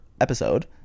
episode